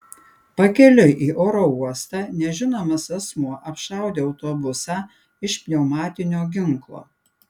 pakeliui į oro uostą nežinomas asmuo apšaudė autobusą iš pneumatinio ginklo